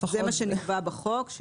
זה מה נקבע בחוק,